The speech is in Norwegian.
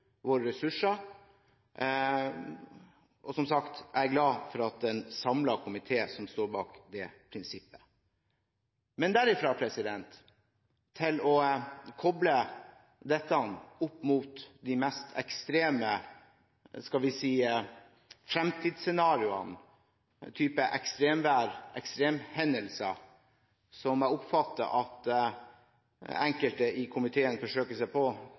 våre ressurser. Som sagt: Jeg er glad for at en samlet komité står bak det prinsippet. Men å koble dette opp mot de meste ekstreme, skal vi si, fremtidsscenariene – av typen ekstremvær og ekstremhendelser – som jeg oppfatter at enkelte i komiteen forsøker seg på,